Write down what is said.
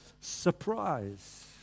surprise